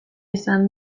izan